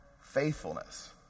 faithfulness